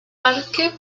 parque